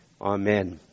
Amen